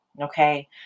okay